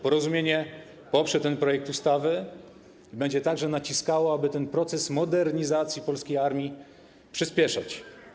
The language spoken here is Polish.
Porozumienie poprze ten projekt ustawy, będzie także naciskało, aby ten proces modernizacji polskiej armii przyspieszać.